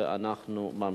ואנחנו ממשיכים.